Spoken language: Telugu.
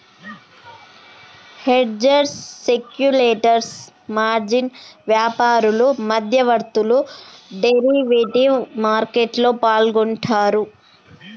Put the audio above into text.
హెడ్జర్స్, స్పెక్యులేటర్స్, మార్జిన్ వ్యాపారులు, మధ్యవర్తులు డెరివేటివ్ మార్కెట్లో పాల్గొంటరు